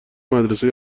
مدرسه